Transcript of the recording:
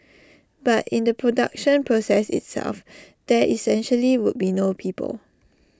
but in the production process itself there essentially would be no people